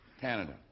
Canada